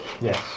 Yes